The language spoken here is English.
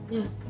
Yes